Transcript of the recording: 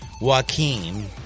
Joaquin